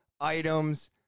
items